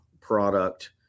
product